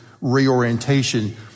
reorientation